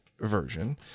version